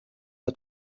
der